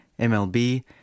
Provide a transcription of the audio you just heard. MLB